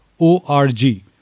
o-r-g